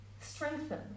strengthen